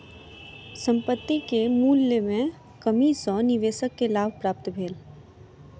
संपत्ति के मूल्य में कमी सॅ निवेशक के लाभ प्राप्त भेल